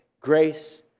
Grace